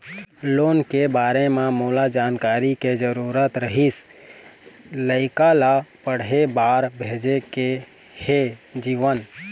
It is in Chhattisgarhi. लोन के बारे म मोला जानकारी के जरूरत रीहिस, लइका ला पढ़े बार भेजे के हे जीवन